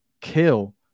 kill